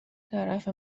طرف